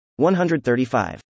135